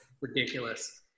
Ridiculous